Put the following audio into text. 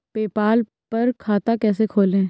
PayPal पर खाता कैसे खोलें?